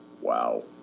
wow